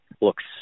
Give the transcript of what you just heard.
looks